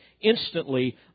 instantly